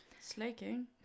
Slaking